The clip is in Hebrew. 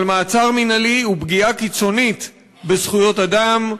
אבל מעצר מינהלי הוא פגיעה קיצונית בזכויות אדם.